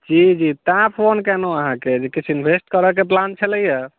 जी जी तैं फोन केनौ अहाँके जे किछु इन्वेस्ट करैके प्लान छलैए